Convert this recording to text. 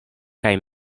kaj